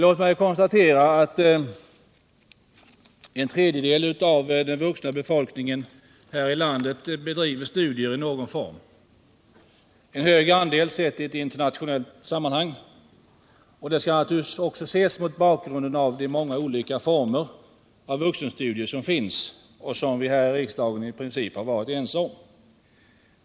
Låt mig konstatera att en tredjedel av den vuxna befolkningen här i landet bedriver studier i någon form. Det är en stor andel internationellt sett. Detta skall naturligtvis också ses mot bakgrund av de många olika former av vuxenstudier som finns och som vi här i riksdagen i princip har varit ense om.